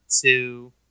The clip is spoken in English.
two